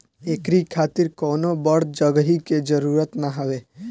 एकरी खातिर कवनो बड़ जगही के जरुरत ना हवे